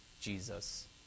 Jesus